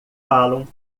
falam